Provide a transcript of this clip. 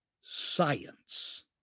science